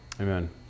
Amen